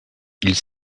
ils